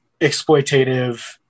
exploitative